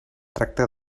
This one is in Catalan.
tracta